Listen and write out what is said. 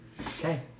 Okay